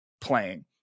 playing